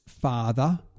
father